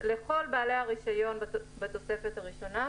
לכל בעלי הרישיון בתוספת הראשונה,